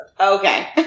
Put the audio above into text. okay